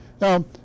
Now